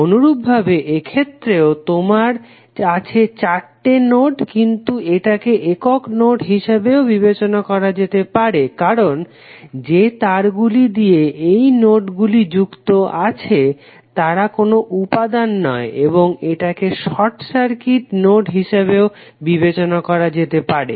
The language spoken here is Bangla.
অনুরূপভাবে এক্ষেত্রেও তোমার আছে 4 টে নোড আছে কিন্তু এটাকে একক নোড হিসাবেও বিবেচনা করা যেতে পারে কারণ যে তারগুলি দিয়ে এই নোড গুলি যুক্ত আছে তারা কোনো উপাদান নয় এবং এটাকে সর্ট সার্কিট নোড হিসাবেও বিবেচনা করা যেতে পারে